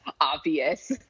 obvious